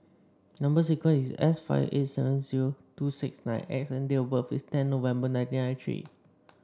number sequence is S five eight seven zero two six nine X and date of birth is ten November nineteen ninety three